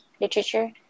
literature